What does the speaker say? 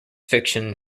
fiction